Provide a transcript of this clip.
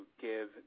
give